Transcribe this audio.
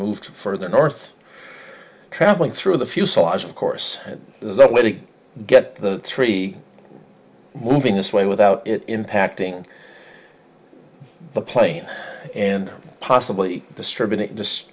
moved further north traveling through the fuselage of course that way to get the tree moving this way without impacting the plane and possibly distributing